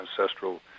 ancestral